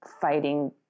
fighting